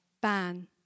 ban